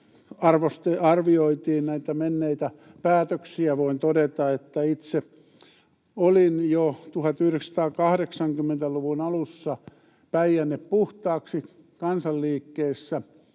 arvioitiin näitä menneitä päätöksiä. Voin todeta, että itse olin jo 1980-luvun alussa Päijänne puhtaaksi ‑kansanliikkeessä,